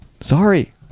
Sorry